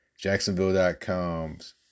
Jacksonville.com's